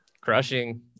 Crushing